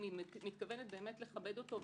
אם היא מתכוונת באמת לכבד אותו,